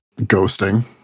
ghosting